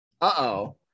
uh-oh